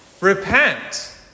Repent